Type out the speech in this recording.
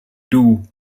two